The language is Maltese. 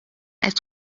qed